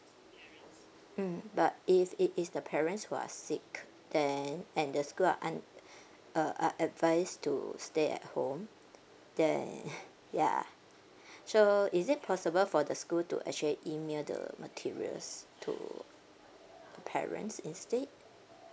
mm but if it is the parents who are sick then and the school are un~ uh are advised to stay at home then ya so is it possible for the school to actually email the materials to the parents instead